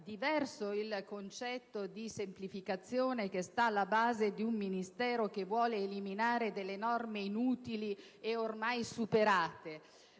diverso il concetto di semplificazione che sta alla base di un Ministero che vuole eliminare delle norme inutili e ormai superate.